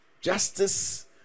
Justice